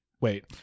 Wait